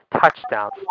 touchdowns